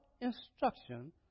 instruction